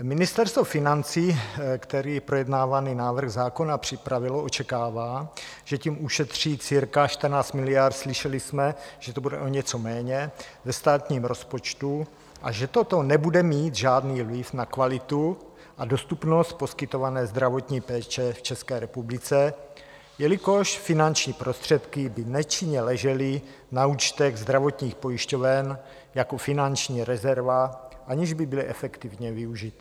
Ministerstvo financí, které projednávaný návrh zákona připravilo, očekává, že tím ušetří cca 14 miliard, slyšeli jsme, že to bude o něco méně, ve státním rozpočtu a že toto nebude mít žádný vliv na kvalitu a dostupnost poskytované zdravotní péče v České republice, jelikož finanční prostředky by nečinně ležely na účtech zdravotních pojišťoven jako finanční rezerva, aniž by byly efektivně využity.